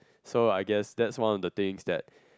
so I guess that's one of the thing that